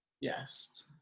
Yes